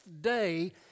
day